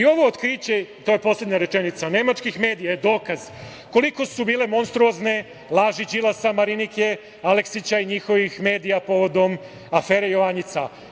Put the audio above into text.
Ovo otkriće, to je poslednja rečenica, nemačkih medija je dokaz koliko su bile monstruozne laži Đilasa, Marinike, Aleksića i njihovih medija povodom afere „Jovanjica“